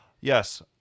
Yes